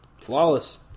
flawless